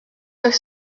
oes